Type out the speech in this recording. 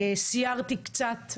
סיירתי קצת,